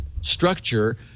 structure